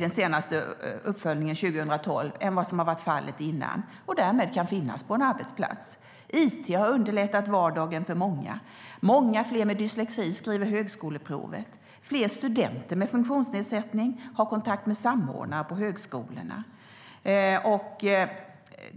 den senaste uppföljningen från 2012 nu många fler som har tillgång till arbetshjälpmedel och därmed kan finnas på en arbetsplats än vad som varit fallet innan. It har underlättat vardagen för många. Många fler med dyslexi skriver högskoleprovet, och fler studenter med funktionsnedsättning har kontakt med samordnare på högskolorna.